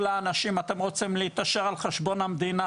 לאנשים שהם רוצים להתעשר על חשבון המדינה.